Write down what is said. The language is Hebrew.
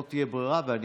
לא תהיה ברירה.